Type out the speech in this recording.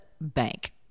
bank